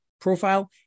profile